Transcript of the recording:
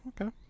okay